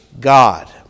God